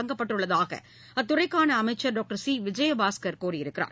தொடங்கப்பட்டுள்ளதாக அத்துறைக்கான அமைச்சர் டாக்டர் சி விஜயபாஸ்கர் கூறியிருக்கிறார்